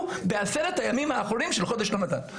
בעשרת הימים האחרונים של חודש הרמדאן.